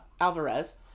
Alvarez